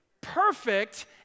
Perfect